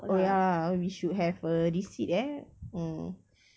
oh ya we should have a receipt eh mm